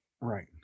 Right